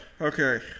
Okay